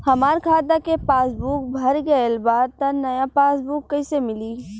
हमार खाता के पासबूक भर गएल बा त नया पासबूक कइसे मिली?